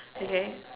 okay